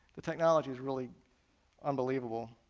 the technology is really unbelievable.